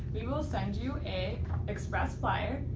we will send you a express flyer,